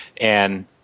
And-